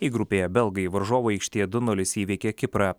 i grupėje belgai varžovų aikštėje du nulis įveikė kiprą